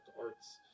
arts